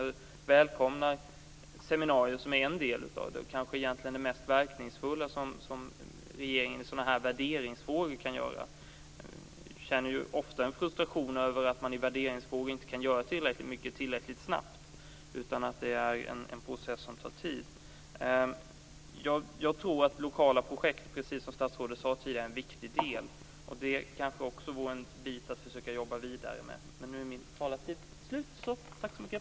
Jag välkomnar seminarierna, som är en del av det och kanske det mest verkningsfulla som regeringen kan göra i sådana här värderingsfrågor. Vi känner ofta en frustration över att vi i värderingsfrågor inte kan göra tillräckligt mycket tillräckligt snabbt, utan att det är en process som tar tid. Jag tror att lokala projekt, som statsrådet sade tidigare, är en viktig del. Det kanske också vore en bit att försöka jobba vidare med.